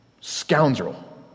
scoundrel